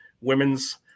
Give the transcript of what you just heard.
women's